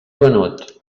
venut